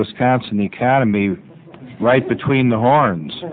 wisconsin the academy right between the horns